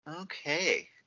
Okay